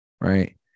right